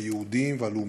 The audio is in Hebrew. היהודיים והלאומיים.